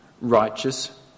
righteous